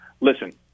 listen